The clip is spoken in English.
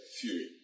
fury